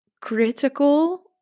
critical